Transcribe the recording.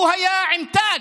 הוא היה עם תג.